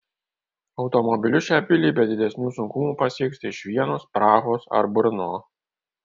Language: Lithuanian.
automobiliu šią pilį be didesnių sunkumų pasieksite iš vienos prahos ar brno